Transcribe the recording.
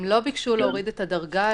הם לא ביקשו להוריד דרגה,